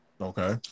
Okay